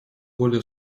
более